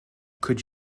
could